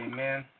Amen